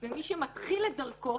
ומי שמתחיל את דרכו,